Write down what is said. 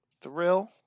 Thrill